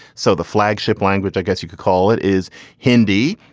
so the flagship language, i guess you could call it, is hindi.